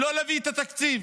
לא להביא את התקציב.